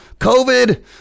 COVID